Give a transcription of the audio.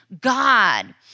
God